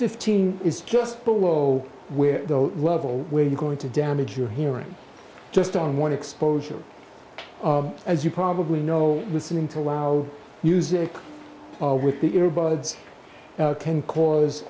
fifteen is just below where the level where you're going to damage your hearing just on one exposure as you probably know listening to loud music with the ear buds can cause